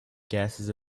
gases